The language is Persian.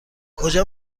کجا